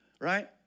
right